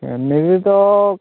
ସେମିତି ତ